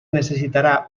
necessitarà